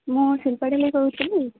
ମୁଁ ଶିଳ୍ପାଡ଼ିଲି କହୁଥିଲି